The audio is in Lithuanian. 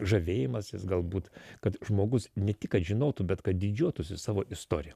žavėjimasis galbūt kad žmogus ne tik kad žinotų bet kad didžiuotųsi savo istorija